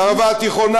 זו הערבה התיכונה,